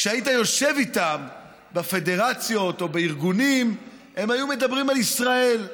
כשהיית יושב איתם בפדרציות או בארגונים הם היו מדברים על ישראל,